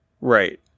Right